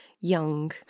young